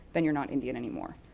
then you're not indian anymore.